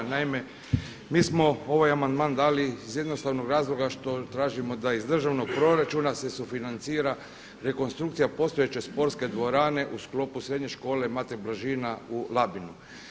Naime, mi smo ovaj amandman dali iz jednostavnog razloga što tražimo da iz državnog proračuna se sufinancira rekonstrukcija postojeće sportske dvorane u sklopu Srednje škole Mate Blažine u Labinu.